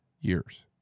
years